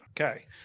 Okay